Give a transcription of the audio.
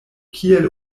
kiel